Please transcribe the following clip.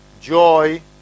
joy